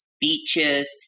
beaches